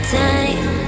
time